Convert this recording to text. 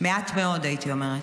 מעט מאוד, הייתי אומרת.